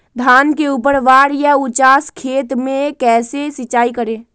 धान के ऊपरवार या उचास खेत मे कैसे सिंचाई करें?